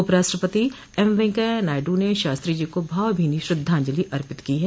उपराष्ट्रपति एम वेंकैया नायडू ने शास्त्री जी को भावभीनी श्रद्धांजलि अर्पित की है